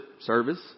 service